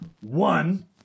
One